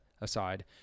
aside